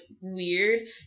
weird